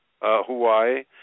Hawaii